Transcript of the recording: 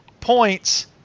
points